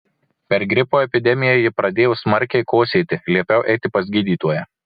per gripo epidemiją ji pradėjo smarkiai kosėti liepiau eiti pas gydytoją